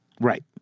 Right